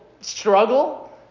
struggle